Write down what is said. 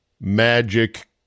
Magic